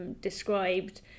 described